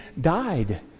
died